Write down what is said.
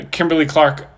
Kimberly-Clark